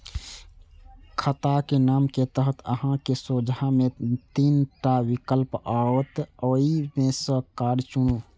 खाताक नाम के तहत अहांक सोझां मे तीन टा विकल्प आओत, ओइ मे सं कार्ड चुनू